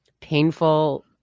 painful